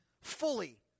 fully